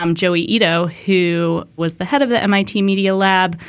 um joey itoh, who was the head of the m i t. media lab,